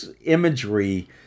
imagery